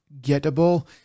gettable